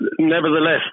nevertheless